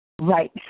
right